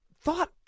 thought